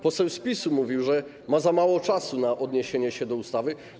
Poseł z PiS-u mówił, że miał za mało czasu na odniesienie się do ustawy.